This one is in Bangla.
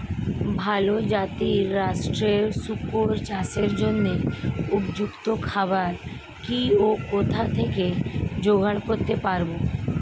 ভালো জাতিরাষ্ট্রের শুকর চাষের জন্য উপযুক্ত খাবার কি ও কোথা থেকে জোগাড় করতে পারব?